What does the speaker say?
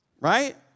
Right